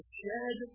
shed